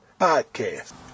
Podcast